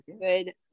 good